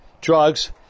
drugs